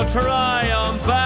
triumph